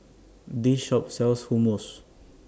This Shop sells Hummus